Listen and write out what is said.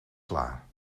klaar